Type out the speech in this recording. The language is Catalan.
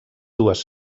dues